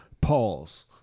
Pause